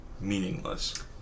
meaningless